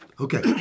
okay